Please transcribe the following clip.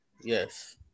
Yes